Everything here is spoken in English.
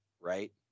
right